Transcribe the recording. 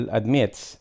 admits